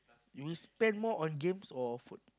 you spend more on games or food